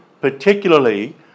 particularly